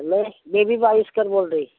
में बेबी बाविष्कर बोल रही